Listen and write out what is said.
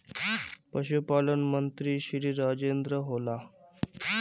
पशुपालन मंत्री श्री राजेन्द्र होला?